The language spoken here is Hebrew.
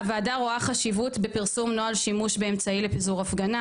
הוועדה רואה חשיבות בפרסום נוהל שימוש באמצעי לפיזור הפגנה